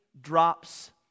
drops